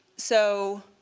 so